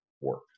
work